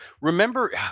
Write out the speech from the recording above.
remember –